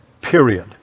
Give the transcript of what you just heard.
period